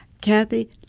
Kathy